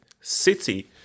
City